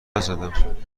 نزدم